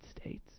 States